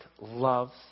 loves